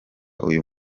uyu